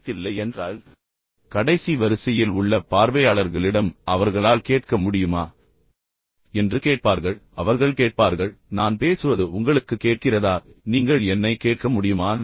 mic இல்லையென்றால் கடைசி வரிசையில் உள்ள பார்வையாளர்களிடம் அவர்களால் கேட்க முடியுமா என்று கேட்பார்கள் எனவே அவர்கள் கேட்பார்கள் நான் பேசுவது உங்களுக்கு கேட்கிறதா நீங்கள் என்னைக் கேட்க முடியுமா